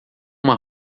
uma